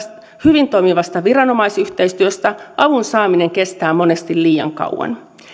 hyvin toimivasta viranomaisyhteistyöstä avun saaminen kestää monesti liian kauan